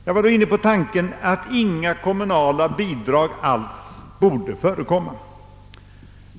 Jag var då inne på tanken att inga kommunala bidrag alls borde förekomma.